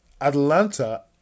Atlanta